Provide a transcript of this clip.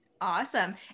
Awesome